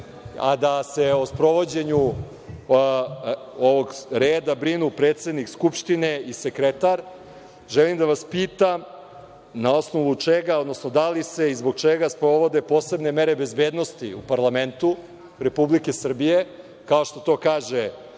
a da se o sprovođenju ovog reda brinu predsednik Skupštine i sekretar, želim da vas pitam – na osnovu čega, odnosno da li se i zbog čega sprovode posebne mere bezbednosti u parlamentu Republike Srbije, kao što to kaže